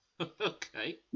Okay